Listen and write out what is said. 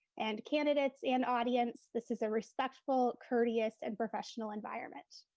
and candidates and audience, this is a respectful, courteous and professional environment.